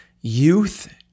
Youth